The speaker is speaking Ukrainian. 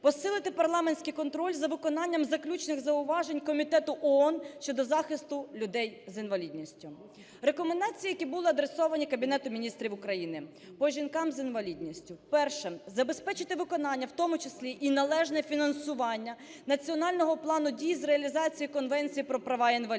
Посилити парламентський контроль за виконанням заключних зауважень Комітету ООН щодо захисту людей з інвалідністю. Рекомендації, які були адресовані Кабінету Міністрів України. По жінкам з інвалідністю: перше - забезпечити виконання, у тому числі і належне фінансування Національного плану дій з реалізації Конвенції про права інвалідів;